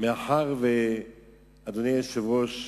מאחר שאדוני היושב-ראש